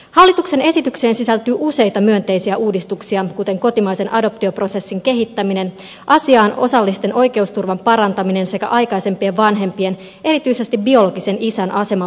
hallituksen esitykseen sisältyy useita myönteisiä uudistuksia kuten kotimaisen adoptioprosessin kehittäminen asiaan osallisten oikeusturvan parantaminen sekä aikaisempien vanhempien erityisesti biologisen isän aseman vahvistaminen